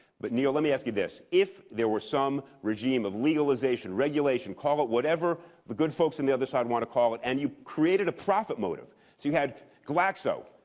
but neil let me ask you this, if there were some regime of legalization, regulation, call it whatever the good folks in the other side want to call it, and you created a profit motive. so you had glaxo,